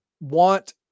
want